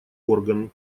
орган